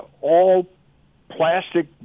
all-plastic